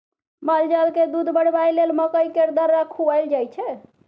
मालजालकेँ दूध बढ़ाबय लेल मकइ केर दर्रा खुआएल जाय छै